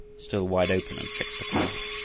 still wide open and fixed upon him.